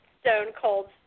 stone-cold